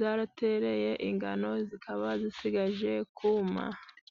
zatereye, ingano zikaba zisigaje kuma.